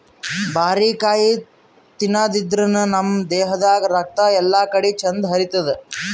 ಬಾರಿಕಾಯಿ ತಿನಾದ್ರಿನ್ದ ನಮ್ ದೇಹದಾಗ್ ರಕ್ತ ಎಲ್ಲಾಕಡಿ ಚಂದ್ ಹರಿತದ್